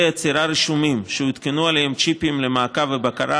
אצירה רשומים שיותקנו עליהם צ'יפים למעקב ובקרה,